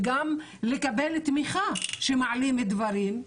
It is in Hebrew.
וגם לקבל תמיכה כשמעלים דברים,